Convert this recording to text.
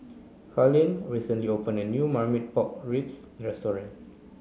Carlene recently opened a new Marmite pork ribs restaurant